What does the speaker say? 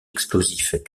explosifs